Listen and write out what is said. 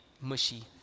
mushy